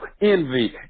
envy